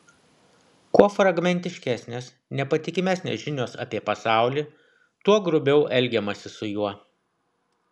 kuo fragmentiškesnės nepatikimesnės žinios apie pasaulį tuo grubiau elgiamasi su juo